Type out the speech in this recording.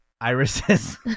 Irises